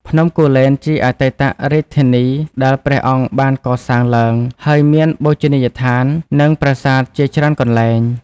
ភ្នំគូលែនជាអតីតរាជធានីដែលព្រះអង្គបានកសាងឡើង ហើយមានបូជនីយដ្ឋាន និងប្រាសាទជាច្រើនកន្លែង។